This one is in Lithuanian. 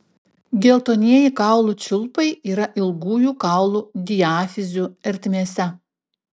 geltonieji kaulų čiulpai yra ilgųjų kaulų diafizių ertmėse